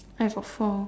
I've got four